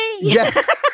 Yes